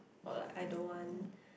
or like I don't want